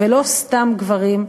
לא סתם גברים,